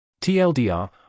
tldr